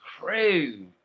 Crazy